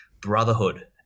brotherhood